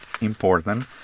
important